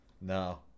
No